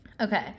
Okay